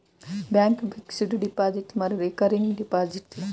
bank fixed డిపాజిట్లు మరియు recurring డిపాజిట్లు